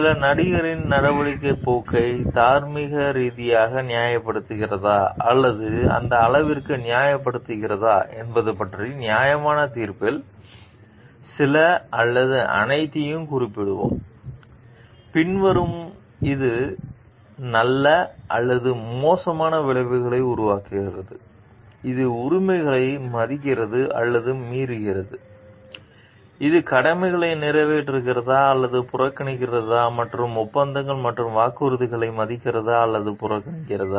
சில நடிகரின் நடவடிக்கை போக்கை தார்மீக ரீதியாக நியாயப்படுத்துகிறதா அல்லது எந்த அளவிற்கு நியாயப்படுத்துகிறதா என்பது பற்றிய நியாயமான தீர்ப்பில் சில அல்லது அனைத்தையும் குறிப்பிடுவோம் பின்வரும் இது நல்ல அல்லது மோசமான விளைவுகளை உருவாக்குகிறது இது உரிமைகளை மதிக்கிறது அல்லது மீறுகிறது அது கடமைகளை நிறைவேற்றுகிறதா அல்லது புறக்கணிக்கிறதா மற்றும் ஒப்பந்தங்கள் மற்றும் வாக்குறுதிகளை மதிக்கிறதா அல்லது புறக்கணிக்கிறதா